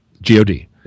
G-O-D